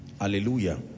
hallelujah